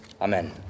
Amen